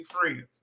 friends